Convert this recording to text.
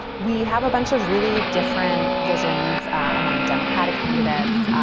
we have a bunch of really different visions among the democratic candidates.